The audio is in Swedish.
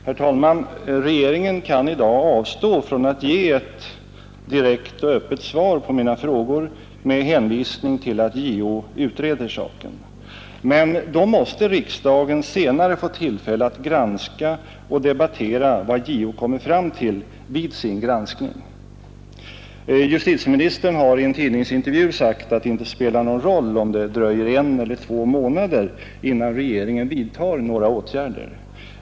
Herr talman! Regeringen kan i dag avstå från att ge ett direkt och öppet svar på mina frågor med hänvisning till att JO utreder saken. Men då måste riksdagen senare få tillfälle att granska och debattera vad JO kommer fram till vid sin utredning. Justitieministern har i en intervju sagt att det inte spelar någon roll, om det dröjer en eller två månader, innan regeringen vidtar några åtgärder.